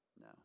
No